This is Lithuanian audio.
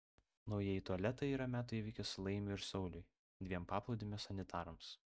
naujieji tualetai yra metų įvykis laimiui ir sauliui dviem paplūdimio sanitarams